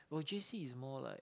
while j_c is more like